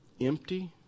empty